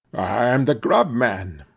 i am the grub-man.